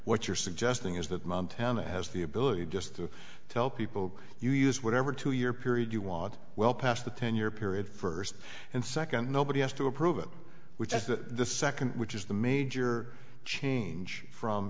what you're suggesting is that montana has the ability just to tell people you use whatever two year period you want well past the ten year period first and second nobody has to approve it which is the second which is the major change from